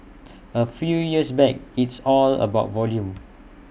A few years back it's all about volume